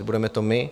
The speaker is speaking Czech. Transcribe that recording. Budeme to my?